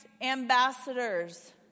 ambassadors